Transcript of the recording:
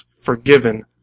forgiven